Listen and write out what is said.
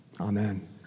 amen